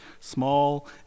small